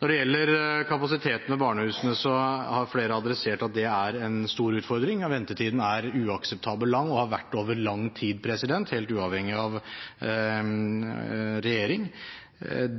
Når det gjelder kapasiteten ved barnehusene, har flere adressert at det er en stor utfordring. Ventetiden er uakseptabel lang og har vært det over lang tid, helt uavhengig av regjering.